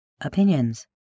opinions